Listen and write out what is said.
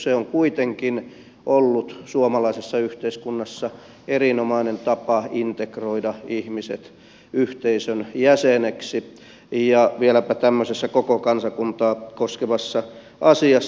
se on kuitenkin ollut suomalaisessa yhteiskunnassa erinomainen tapa integroida ihmiset yhteisön jäseneksi ja vieläpä tämmöisessä koko kansakuntaa koskevassa asiassa